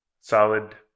Solid